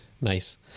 Nice